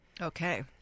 Okay